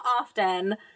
often